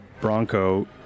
bronco